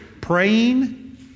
praying